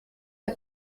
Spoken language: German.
der